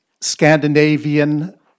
Scandinavian